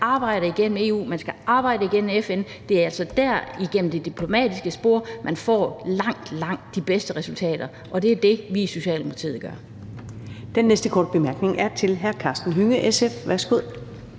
arbejde igennem EU, at man skal arbejde igennem FN. Det er altså igennem det diplomatiske spor, man får langt, langt de bedste resultater, og det er det, vi i Socialdemokratiet gør. Kl. 19:29 Første næstformand (Karen Ellemann):